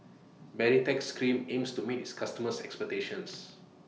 Baritex Cream aims to meet its customers' expectations